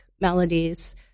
melodies